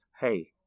hey